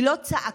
היא לא צעקה,